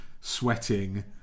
sweating